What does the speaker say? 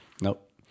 Nope